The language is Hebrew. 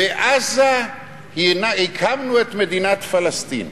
בעזה הקמנו את מדינת פלסטין.